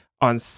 on